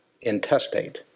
intestate